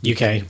UK